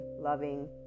loving